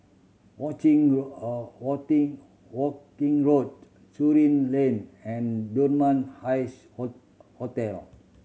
Watching Worthing Worthing Road Surin Lane and Dunman Highs Hotel